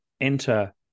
enter